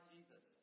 Jesus